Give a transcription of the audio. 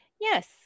Yes